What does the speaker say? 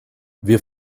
wir